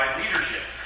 leadership